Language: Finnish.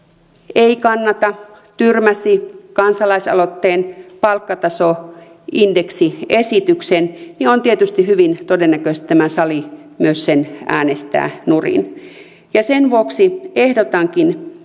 ei kannata vaan tyrmäsi kansalaisaloitteen palkkatasoindeksiesityksen on tietysti hyvin todennäköistä että tämä sali myös sen äänestää nurin sen vuoksi ehdotankin